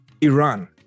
iran